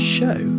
Show